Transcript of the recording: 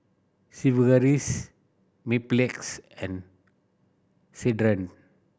Sigvaris Mepilex and Ceradan